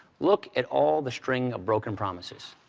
look at all the string of broken promises.